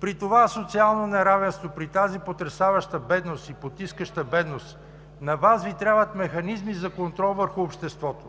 При това социално неравенство, при тази потресаваща и потискаща бедност, на Вас Ви трябват механизми за контрол върху обществото.